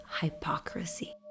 hypocrisy